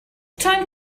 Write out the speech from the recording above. time